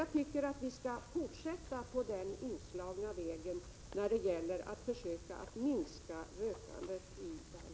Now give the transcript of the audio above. Jag tycker att vi skall fortsätta på den inslagna vägen när det gäller att försöka minska rökandet i vårt land.